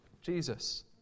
Jesus